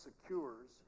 secures